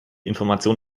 information